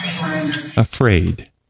afraid